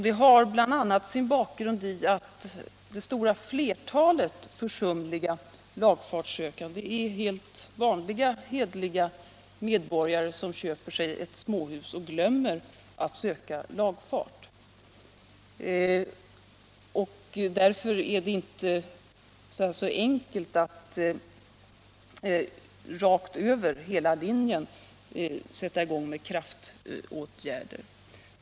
Det har sin bakgrund bl.a. i att det stora flertalet försumliga lagfartssökande är helt vanliga hederliga medborgare som köper sig ett småhus och glömmer att söka lagfart. Därför är det inte så enkelt att över hela linjen sätta in kraftåtgärder.